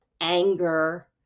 anger